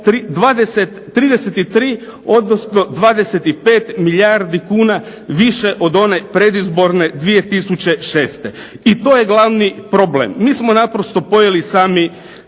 33 odnosno 25 milijardi kuna više od one predizborne 2006. i to je glavni problem. Mi smo naprosto pojeli sami